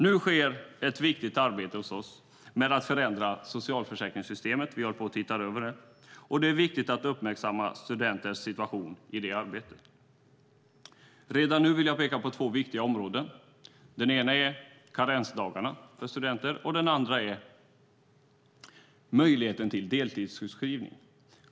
Nu sker ett viktigt arbete hos oss att se över och förändra socialförsäkringssystemet. Det är viktigt att uppmärksamma studentens situation i det arbetet. Redan nu vill jag peka på två viktiga områden. Det ena är karensdagarna för studenter, och det andra är möjligheten till deltidssjukskrivning.